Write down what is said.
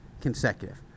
Consecutive